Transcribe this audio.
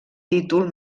títol